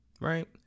Right